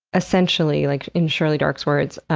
essentially, like in shirley dark's words,